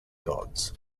gods